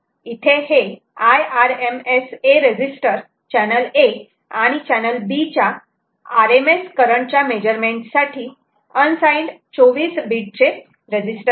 इथे हे IRMS a register channel A आणि चैनल B च्या RMS करंट च्या मेजरमेंट साठी अनसाईनड 24 बिट चे आहे